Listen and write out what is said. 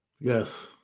Yes